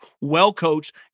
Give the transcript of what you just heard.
well-coached